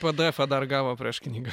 pdefą dar gavo prieš knygą